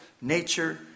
nature